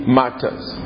matters